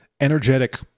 energetic